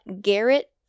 Garrett